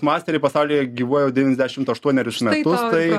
masteriai pasaulyje gyvuoja jau devyniasdešimt aštuonerius metus tai